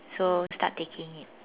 so start taking it